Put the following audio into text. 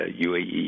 uae